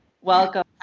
welcome